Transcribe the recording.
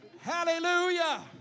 Hallelujah